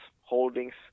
holdings